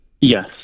yes